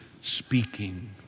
speaking